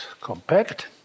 compact